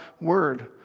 word